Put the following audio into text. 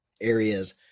areas